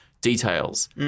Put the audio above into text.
details